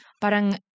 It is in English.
parang